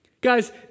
Guys